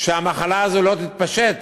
שהמחלה הזאת לא תתפשט.